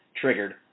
triggered